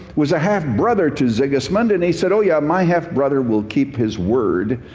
was a half brother to sigismund. and he said, oh, yeah, my half brother will keep his word.